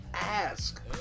ask